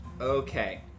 Okay